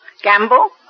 gamble